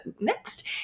next